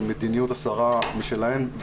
מדיניות הסרה משלהן.